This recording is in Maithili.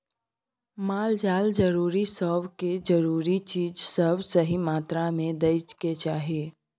माल जाल सब के जरूरी चीज सब सही मात्रा में दइ के चाही